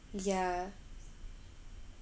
ya